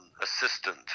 assistant